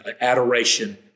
adoration